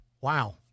wow